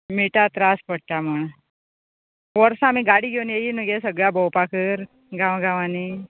मिठा त्रास पडटा म्हूण वर्सा आमी गाडी घेवून येयी न्हू गे सगळ्या भोंवपाक गांव गांवांनी